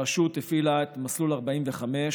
הרשות הפעילה את מסלול 45,